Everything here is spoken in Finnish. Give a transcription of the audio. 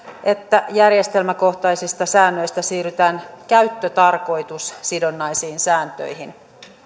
että järjestelmäkohtaisista säännöistä siirrytään käyttötarkoitussidonnaisiin sääntöihin